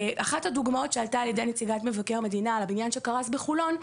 אחת הדוגמאות שעלתה על ידי נציגת מבקר המדינה לגבי הבניין שקרס בחולון,